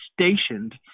stationed